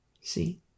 See